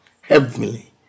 heavenly